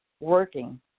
working